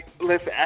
listen